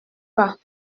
pas